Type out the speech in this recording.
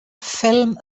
ffilm